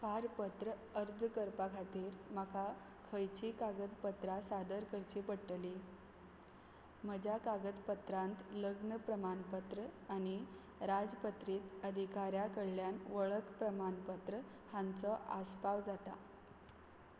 पारपत्र अर्ज करपा खातीर म्हाका खंयचीं कागदपत्रां सादर करचीं पडटलीं म्हज्या कागदपत्रांत लग्न प्रमाणपत्र आनी राजपत्रीत अधिकाऱ्या कडल्यान वळख प्रमाणपत्र हांचो आसपाव जाता